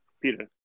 Peter